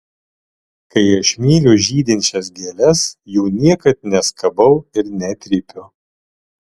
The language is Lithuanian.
kai aš myliu žydinčias gėles jų niekad neskabau ir netrypiu